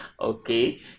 Okay